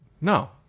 No